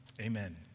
Amen